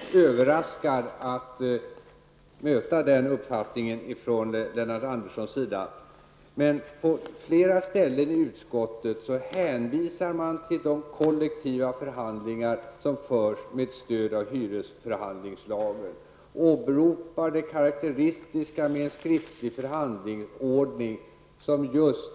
Herr talman! Jag blev inte helt överraskad att möta den uppfattningen från Lennart Andessons sida. Men på flera ställen i utskottets skrivning hänvisar man till de kollektiva förhandlingar som förs med stöd av hyresförhandlingslagen och åberopar det karakteristiska med en skriftlig förhandlingsordning som just